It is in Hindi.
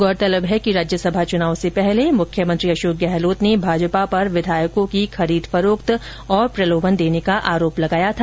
गौरतलब है कि राज्यसभा चुनाव से पहले मुख्यमंत्री अशोक गहलोत ने भाजपा पर विधायकों की खरीद फरोख्त और प्रलोभन देने को आरोप लगाया था